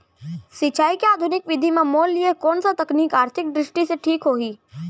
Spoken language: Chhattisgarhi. सिंचाई के आधुनिक विधि म मोर लिए कोन स तकनीक आर्थिक दृष्टि से ठीक होही?